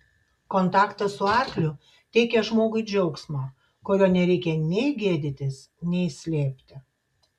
kontaktas su arkliu teikia žmogui džiaugsmą kurio nereikia nei gėdytis nei slėpti